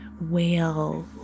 whale